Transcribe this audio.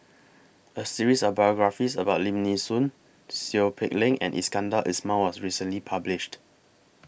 A series of biographies about Lim Nee Soon Seow Peck Leng and Iskandar Ismail was recently published